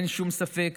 אין שום ספק